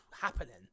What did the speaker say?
happening